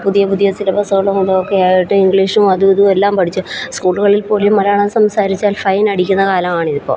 പുതിയ പുതിയ സിലബസുകളും അതുമൊക്കെ ആയിട്ട് ഇംഗ്ളീഷും അതും ഇതുമെല്ലാം പഠിച്ചു സ്കൂളുകളിൽ പോലും മലയാളം സംസാരിച്ചാൽ ഫൈൻ അടിക്കുന്ന കാലമാണ് ഇതിപ്പോൾ